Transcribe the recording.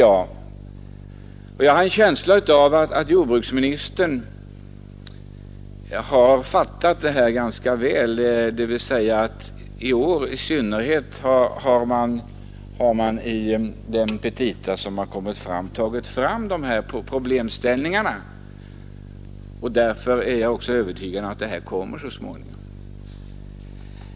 Jag har en känsla av att jordbruksministern har fattat det här ganska väl. I år har man i de petita som kommit fram tagit upp dessa problemställningar, och därför är jag övertygad om att det här kommer så småningom.